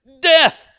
death